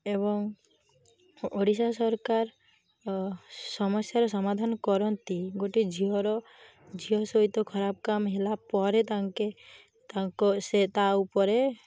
ଏବଂ ଓଡ଼ିଶା ସରକାର ସମସ୍ୟାର ସମାଧାନ କରନ୍ତି ଗୋଟେ ଝିଅର ଝିଅ ସହିତ ଖରାପ କାମ ହେଲା ପରେ ତାଙ୍କେ ତାଙ୍କ ସେ ତା' ଉପରେ